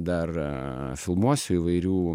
dar filmuosiu įvairių